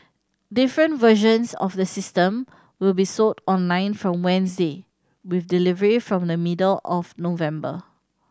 different versions of the system will be sold online from Wednesday with delivery from the middle of November